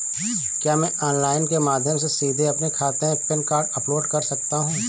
क्या मैं ऑनलाइन के माध्यम से सीधे अपने खाते में पैन कार्ड अपलोड कर सकता हूँ?